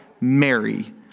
Mary